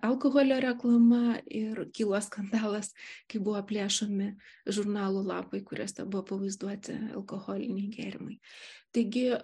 alkoholio reklama ir kilo skandalas kai buvo plėšomi žurnalų lapai kuriuose buvo pavaizduoti alkoholiniai gėrimai taigi